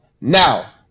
Now